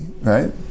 right